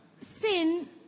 Sin